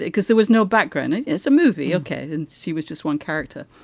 because there was no background. it is a movie, ok? and she was just one character.